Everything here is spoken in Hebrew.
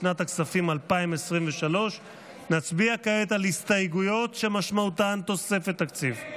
לשנת הכספים 2023. נצביע כעת על הסתייגויות שמשמעותן תוספת תקציב.